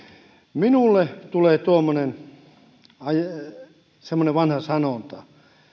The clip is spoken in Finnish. minulle tulee mieleen semmoinen vanha sanonta